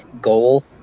goal